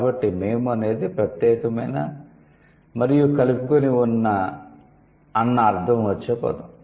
కాబట్టి 'మేము' అనేది ప్రత్యేకమైన మరియు కలుపుకొని ఉన్న అన్న అర్ధం వచ్చే పదం